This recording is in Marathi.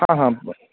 हां हां बरं